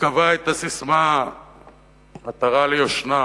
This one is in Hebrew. שקבעה את הססמה "עטרה ליושנה":